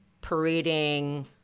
parading